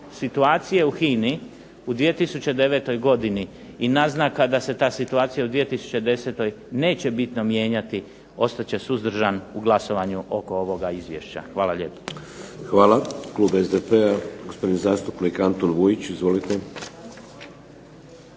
situacije u HINA-i u 2009. godini i naznaka da se ta situacija u 2010. neće bitno mijenjati ostat će suzdržan u glasovanju oko ovoga izvješća. Hvala lijepa. **Šeks, Vladimir (HDZ)** Hvala. Klub SDP-a, gospodin zastupnik Antun Vujić. Izvolite.